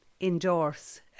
endorse